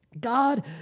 God